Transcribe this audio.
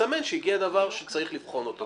ותסמן שהגיע דבר שצריך לבחון אותו.